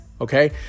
okay